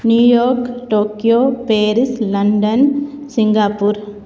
New York Tokyo Paris London Singapore